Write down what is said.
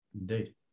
Indeed